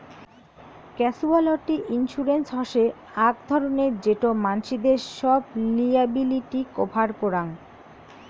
casualty insurance হসে আক ধরণের যেটো মানসিদের সব লিয়াবিলিটি কভার করাং